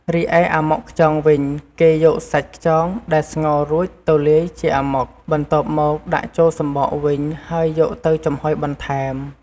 រីឯអាម៉ុកខ្យងវិញ គេយកសាច់ខ្យងដែលស្ងោររួចទៅលាយជាអាម៉ុក បន្ទាប់មកដាក់ចូលសំបកវិញហើយយកទៅចំហុយបន្ថែម។